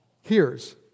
hears